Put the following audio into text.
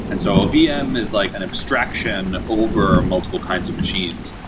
and so vm is like an abstraction over multiple kinds of machines.